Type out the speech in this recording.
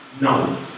No